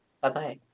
Bye-bye